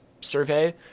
survey